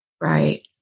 Right